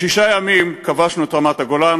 בשישה ימים כבשנו את רמת-הגולן,